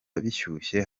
bishyuye